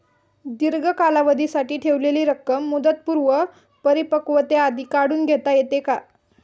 दीर्घ कालावधीसाठी ठेवलेली रक्कम मुदतपूर्व परिपक्वतेआधी काढून घेता येते का?